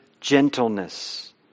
gentleness